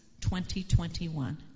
2021